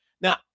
now